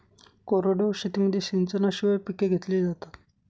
कोरडवाहू शेतीमध्ये सिंचनाशिवाय पिके घेतली जातात